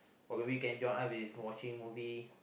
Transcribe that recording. or maybe you can join us with watching movie